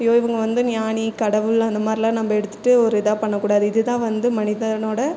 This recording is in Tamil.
ஐயோ இவங்க வந்து ஞானி கடவுள் அந்த மாதிரிலாம் நம்ப எடுத்துகிட்டு ஒரு இதாக பண்ண கூடாது இது தான் வந்து மனிதனோட